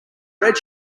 red